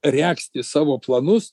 regzti savo planus